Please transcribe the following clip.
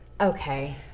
Okay